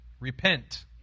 repent